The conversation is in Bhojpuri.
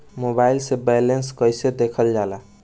मोबाइल से बैलेंस कइसे देखल जाला?